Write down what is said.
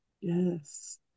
Yes